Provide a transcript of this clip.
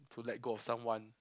to let go of someone